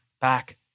back